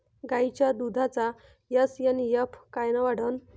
गायीच्या दुधाचा एस.एन.एफ कायनं वाढन?